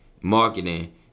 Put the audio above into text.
marketing